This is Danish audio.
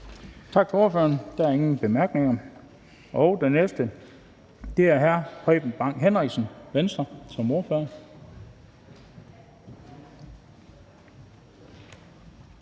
Tak til ordføreren. Der er ingen korte bemærkninger. Den næste ordfører er hr. Preben Bang Henriksen, Venstre. Værsgo.